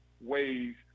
ways